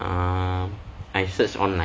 um I search online